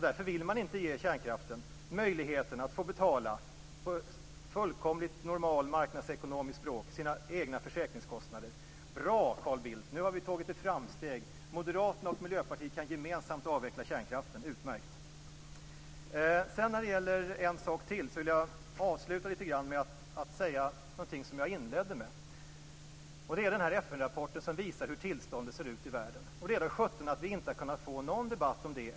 Därför ville man inte ge kärnkraften möjligheten att, på fullkomligt normalt marknadsekonomiskt språk, få betala sina egna försäkringskostnader. Bra, Carl Bildt, nu har vi gjort ett framsteg. Moderaterna och Miljöpartiet kan gemensamt avveckla kärnkraften. Utmärkt! Jag vill avsluta med att säga någonting om det som jag inledde med. Det är FN-rapporten som visar hur tillståndet är i världen. Det är väl sjutton att vi inte har kunnat få någon debatt om det.